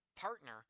partner